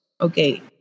okay